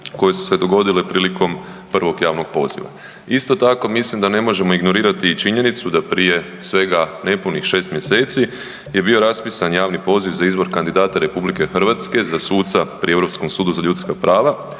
koje su se dogodile prilikom prvog javnog poziva. Isto tako mislim da ne možemo ignorirati činjenicu da prije svega nepunih 6 mjeseci je bio raspisan javni poziv za izbor kandidata RH za suca pri Europskom sudu za ljudska prava